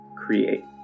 create